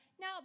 Now